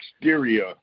exterior